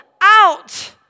out